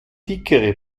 dickere